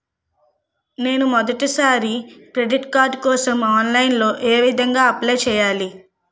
నేను మొదటిసారి credit card కోసం ఆన్లైన్ లో ఏ విధంగా అప్లై చేయాలి?